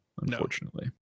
unfortunately